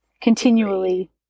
continually